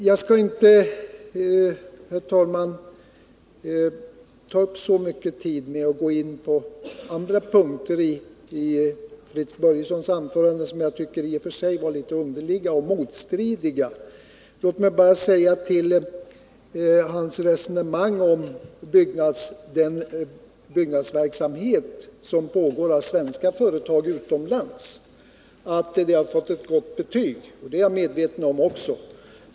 Jag skall inte, herr talman, ta upp så mycket tid med att gå in på andra punkteri Fritz Börjessons anförande — punkter som jag tycker i och för sig var litet underliga och motstridiga. Låt mig bara säga några ord med anledning av att Fritz Börjesson påpekade att den byggnadsverksamhet som pågår genom svenska företag utomlands har fått ett gott betyg. Det är jag medveten om.